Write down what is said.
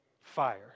fire